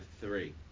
three